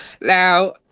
Now